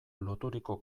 loturiko